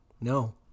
No